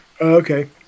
Okay